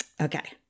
Okay